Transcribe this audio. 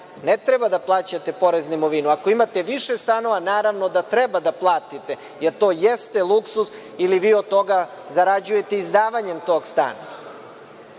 ne treba da plaćate porez na imovinu, ako imate više stanova, naravno da treba da platite, jer to jeste luksuz ili vi od toga zarađujete izdavanju tog stana.